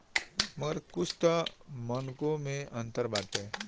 मगर कुछ तअ मानको मे अंतर बाटे